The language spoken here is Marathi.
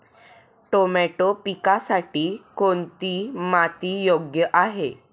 टोमॅटो पिकासाठी कोणती माती योग्य आहे?